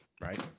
right